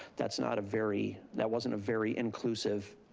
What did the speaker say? that's not a very, that wasn't a very inclusive